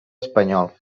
espanyol